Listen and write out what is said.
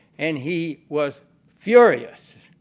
and he was furious.